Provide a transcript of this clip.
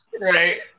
right